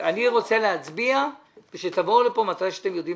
אני רוצה להצביע ושתבואו לכאן מתי שאתם יודעים